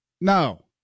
no